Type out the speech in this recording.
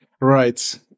right